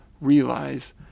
realize